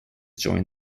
joined